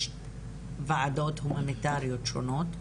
יש ועדות הומניטריות שונות,